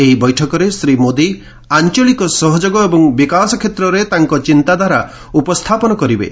ଏହି ବୈଠକରେ ଶ୍ରୀ ମୋଦି ଆଞ୍ଚଳିକ ସହଯୋଗ ଏବଂ ବିକାଶ କ୍ଷେତ୍ରରେ ତାଙ୍କ ଚିନ୍ତାଧାରା ଉପସ୍ଥାପନ କରିବେ